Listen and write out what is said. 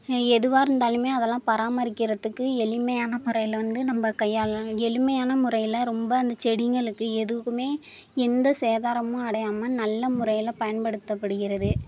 எதுவாக இருந்தாலும் அதெல்லாம் பராமரிக்கிறதுக்கு எளிமையான முறையில் வந்து நம்ம கையாளணும் எளிமையான முறையில் ரொம்ப அந்த செடிங்களுக்கு எதுக்கும் எந்த சேதாரமும் அடையாமல் நல்ல முறையில் பயன்படுத்தப்படுகிறது